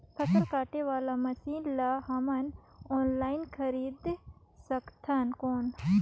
फसल काटे वाला मशीन ला हमन ऑनलाइन खरीद सकथन कौन?